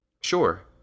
Sure